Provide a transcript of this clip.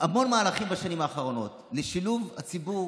המון מהלכים בשנים האחרונות לשילוב הציבור